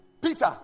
Peter